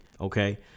Okay